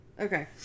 Okay